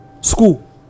school